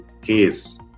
case